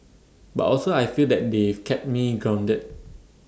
but also I feel that they've kept me grounded